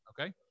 Okay